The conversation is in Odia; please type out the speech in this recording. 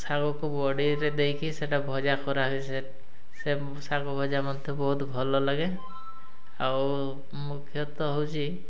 ଶାଗକୁ ବଡ଼ିରେ ଦେଇକି ସେଟା ଭଜା କରାହୁଏ ସେ ସେ ଶାଗ ଭଜା ମଧ୍ୟ ବହୁତ ଭଲ ଲାଗେ ଆଉ ମୁଖ୍ୟତଃ ହେଉଛି